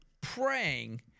praying